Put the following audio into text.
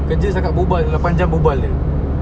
kerja cakap berbual lapan jam berbual jer